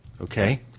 okay